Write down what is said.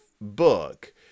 book